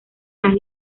las